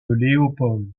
léopold